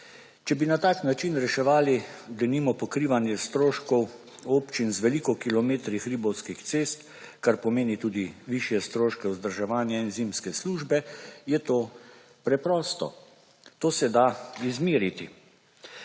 Če bi na tak način reševali denimo pokrivanje stroškov občin z veliko kilometrov hribovskih cest, kar pomeni tudi višje stroške vzdrževanja in zimske službe je to preprosto. To se, da izmeriti.